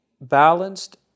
balanced